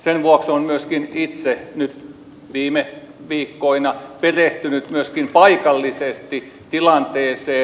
sen vuoksi olen myöskin itse nyt viime viikkoina perehtynyt myöskin paikallisesti tilanteeseen